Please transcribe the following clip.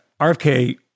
RFK